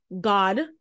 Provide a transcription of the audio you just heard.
God